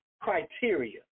criteria